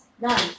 None